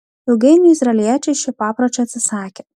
ilgainiui izraeliečiai šio papročio atsisakė